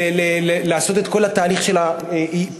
לעשות את כל תהליך הפירוק,